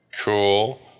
Cool